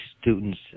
students